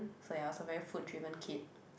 so ya I was a very food driven kid